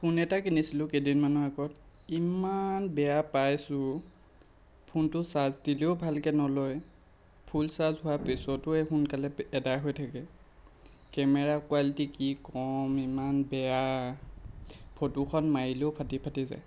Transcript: phone এটা কিনিছিলোঁ কেইদিনমানৰ আগত ইমান বেয়া পাইছোঁ ফোনটো চাৰ্জ দিলেও ভালকে নলয় ফুল চাৰ্জ হোৱা পিছতো সোনকালে আদায় হৈ থাকে কেমেৰা কোৱালিটী কি কম ইমান বেয়া ফটোখন মাৰিলেও ফাটি ফাটি যায়